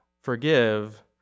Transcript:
forgive